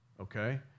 okay